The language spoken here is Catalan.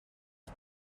has